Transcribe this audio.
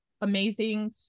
amazing